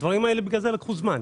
לכן הדברים האלה ארכו זמן.